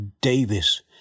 Davis